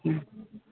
ᱦᱮᱸ